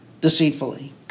deceitfully